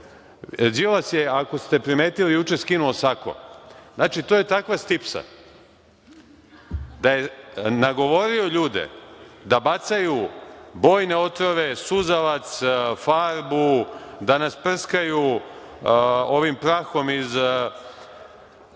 Đilas je, ako ste primetili juče skinuo sako, znači to je takva stipsa da je nagovorio ljude da bacaju bojne otrove, suzavac, farbu, da nas prskaju prahom iz